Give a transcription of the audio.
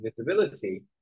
visibility